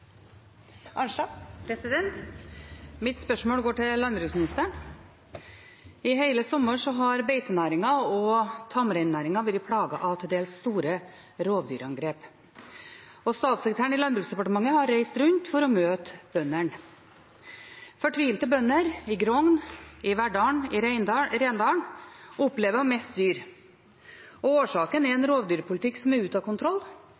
Mitt spørsmål går til landbruksministeren. I hele sommer har beitenæringen og tamreinnæringen vært plaget av til dels store rovdyrangrep. Statssekretæren i Landbruksdepartementet har reist rundt for å møte bøndene. Fortvilte bønder i Grong, i Verdal og i Rendalen opplever å miste dyr, og årsaken er en rovdyrpolitikk som er ute av kontroll,